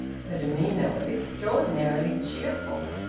her demeanour was extraordinarily cheerful.